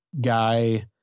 guy